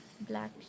black